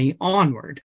onward